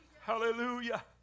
Hallelujah